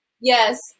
Yes